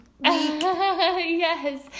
Yes